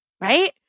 Right